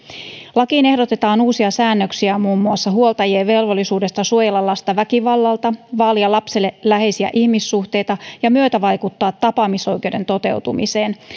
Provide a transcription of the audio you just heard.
lakiin ehdotetaan uusia säännöksiä muun muassa huoltajien velvollisuudesta suojella lasta väkivallalta vaalia lapselle läheisiä ihmissuhteita ja myötävaikuttaa tapaamisoikeuden toteutumiseen